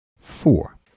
four